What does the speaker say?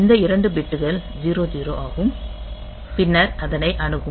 இந்த இரண்டு பிட்கள் 00 ஆகும் பின்னர் அதனை அணுகும்